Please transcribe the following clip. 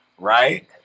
Right